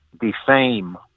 defame